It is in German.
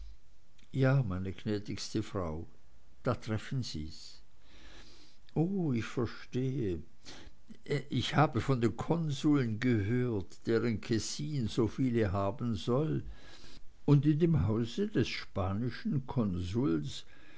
ja meine gnädigste frau da treffen sie's oh ich verstehe ich habe von den konsuln gehört deren kessin so viele haben soll und in dem hause des spanischen konsuls